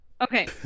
Okay